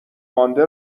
مانده